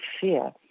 fear